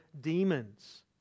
demons